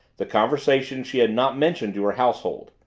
the conversation she had not mentioned to her household.